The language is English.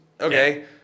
Okay